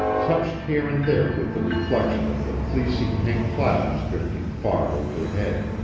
touched here and there with the reflection of the fleecy pink clouds drifting far overhead.